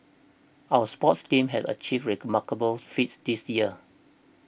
our sports teams have achieved remarkable feats this year